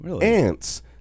ants